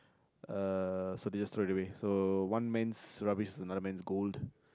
uh so they just throw it away so one man's rubbish is another man's gold